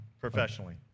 professionally